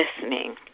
listening